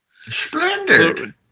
Splendid